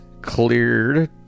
cleared